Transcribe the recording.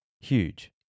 Huge